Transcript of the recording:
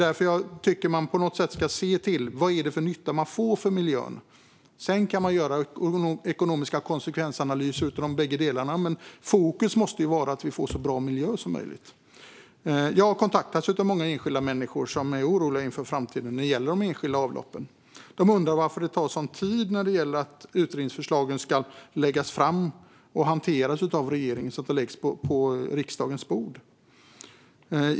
Därför tycker jag att man ska se till vad det är för nytta man får för miljön? Sedan kan man göra ekonomiska konsekvensanalyser av de bägge delarna. Men fokus måste vara att vi får en så bra miljö som möjligt. Jag har kontaktats av många enskilda människor som är oroliga inför framtiden när det gäller de enskilda avloppen. De undrar varför det tar en sådan tid för utredningsförslagen att läggas fram, hanteras av regeringen och läggas på riksdagens bord.